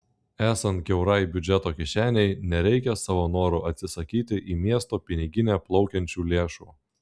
esant kiaurai biudžeto kišenei nereikia savo noru atsisakyti į miesto piniginę plaukiančių lėšų